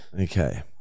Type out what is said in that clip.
Okay